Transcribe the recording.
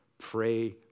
Pray